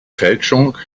fälschung